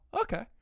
okay